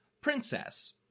princess